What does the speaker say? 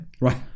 Right